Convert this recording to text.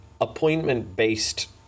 appointment-based